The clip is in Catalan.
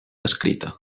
escrita